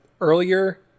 earlier